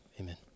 amen